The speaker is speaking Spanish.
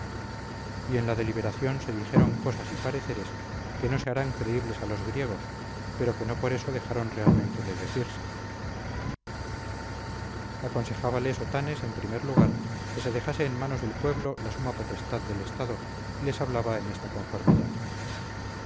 se dijeron cosas y pareceres que no se harán creíbles a los griegos pero que no por esto dejaron realmente de decirse aconsejábales otanes en primer lugar que se dejase en manos del pueblo la suma potestad del estado y les hablaba en esta conformidad